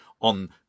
on